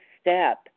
step